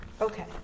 Okay